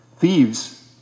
Thieves